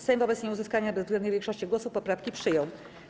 Sejm wobec nieuzyskania bezwzględnej większości głosów poprawki przyjął.